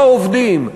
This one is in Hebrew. בעובדים,